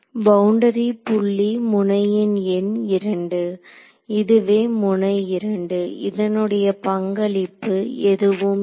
boundary புள்ளி முனையின் எண் 2 இதுவே முனை 2 இதனுடைய பங்களிப்பு எதுவும் இல்லை